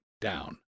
down